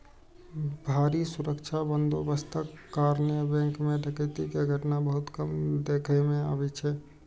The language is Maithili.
भारी सुरक्षा बंदोबस्तक कारणें बैंक मे डकैती के घटना बहुत कम देखै मे अबै छै